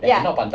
ya